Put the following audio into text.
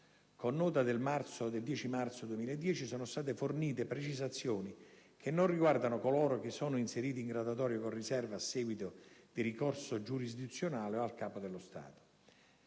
Con nota del 10 marzo 2010, sono state fornite precisazioni, che non riguardano coloro che sono inseriti in graduatoria con riserva a seguito di ricorso giurisdizionale o al Capo dello Stato.